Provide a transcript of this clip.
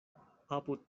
apud